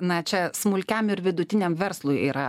na čia smulkiam ir vidutiniam verslui yra